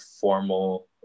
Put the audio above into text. formal